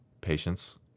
patience